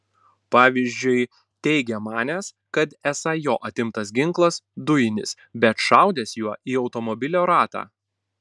pavyzdžiui teigia manęs kad esą jo atimtas ginklas dujinis bet šaudęs juo į automobilio ratą